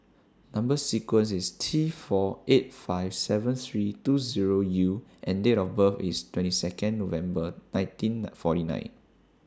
Number sequence IS T four eight five seven three two Zero U and Date of birth IS twenty Second November nineteen forty nine